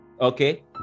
okay